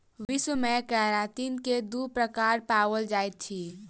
विश्व मे केरातिन के दू प्रकार पाओल जाइत अछि